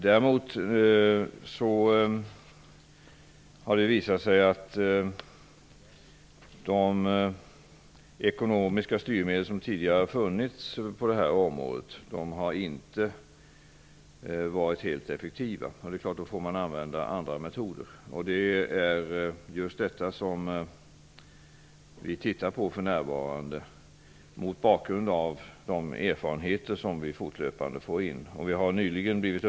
Det har däremot visat sig att de ekonomiska styrmedel som tidigare har funnits på detta område inte har varit så effektiva. Det är klart att man då får använda andra metoder. Det är just detta som vi mot bakgrund av de erfarenheter som vi fortlöpande får in för närvarande ser över.